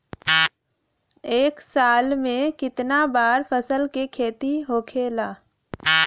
एक साल में कितना बार फसल के खेती होखेला?